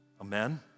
amen